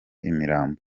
imirambo